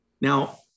Now